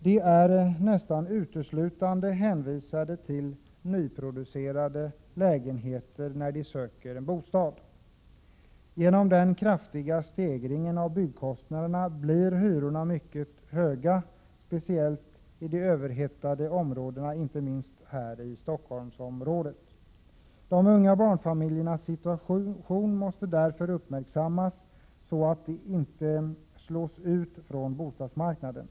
De är när de söker en bostad nästan uteslutande hänvisade till nyproducerade lägenheter. Genom den kraftiga stegringen av byggkostnaderna blir hyrorna mycket höga, framför allt i de överhettade områdena, inte minst här i Stockholmsområdet. De unga barnfamiljernas situation måste därför uppmärksammas, så att de inte slås ut från bostadsmarknaden.